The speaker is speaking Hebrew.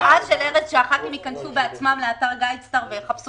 ההצעה של ארז להיכנס לאתר "גיידסטר" ולחפש